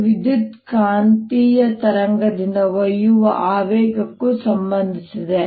ಇದು ವಿದ್ಯುತ್ಕಾಂತೀಯ ತರಂಗದಿಂದ ಒಯ್ಯುವ ಆವೇಗಕ್ಕೂ ಸಂಬಂಧಿಸಿದೆ